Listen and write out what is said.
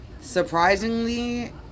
surprisingly